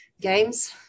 games